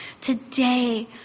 Today